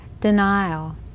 denial